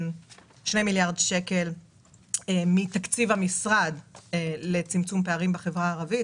שני מיליארד שקל מתקציב המשרד הולכים לצמצום פערים בחברה הערבית.